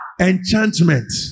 Enchantment